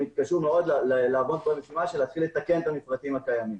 יתקשו מאוד לעמוד במשימה של להתחיל לתקן את המפרטים הקיימים.